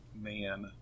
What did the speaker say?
man